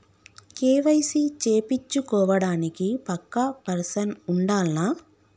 KYC చేపిచ్చుకోవడానికి పక్కా person ఉండాల్నా?